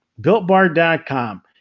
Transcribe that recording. Builtbar.com